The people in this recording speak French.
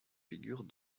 figures